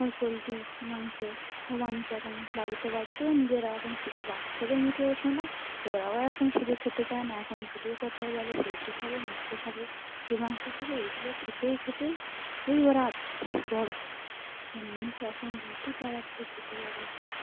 ওই পোলট্রির মাংস ও মানুষ এখন বাড়িতে বাড়িতেও নিজেরা এখন শুধু বাচ্চাদের মুখেও শোনো ওরাও এখন শুধু খেতে চায় না এখন শুধু কথায় বলে পোলট্রি খাবো মাংস খাবো পোলট্রির মাংস খাবো এগুলো খেতেই খেতেই এই ওরা বড় হবে এ মানুষ এখন যত তাড়াতাড়ি দ্রুত বড় হচ্ছে